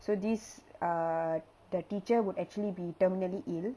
so this uh the teacher would actually be terminally ill